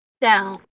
Down